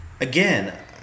again